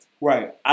Right